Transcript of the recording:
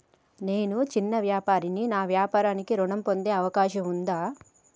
నేను చిన్న వ్యాపారిని నా వ్యాపారానికి ఋణం పొందే అవకాశం ఉందా?